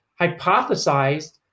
hypothesized